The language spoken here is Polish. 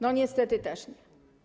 No niestety, też nie.